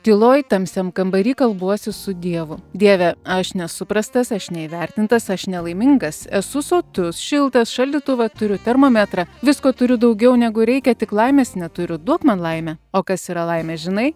tyloje tamsiam kambary kalbuosi su dievu dieve aš nesuprastas aš neįvertintas aš nelaimingas esu sotus šiltas šaldytuvą turiu termometrą visko turiu daugiau negu reikia tik laimės neturiu duok man laimę o kas yra laimė žinai